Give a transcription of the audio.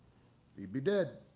he'd be dead.